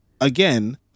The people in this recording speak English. again